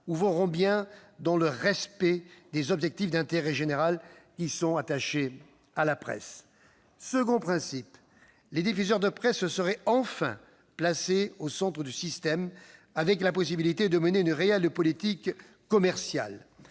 agissent bien dans le respect des objectifs d'intérêt général qui sont attachés à la presse. Second principe, les diffuseurs de presse seraient enfin placés au centre du système, avec la possibilité de mener une réelle politique commerciale.